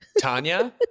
tanya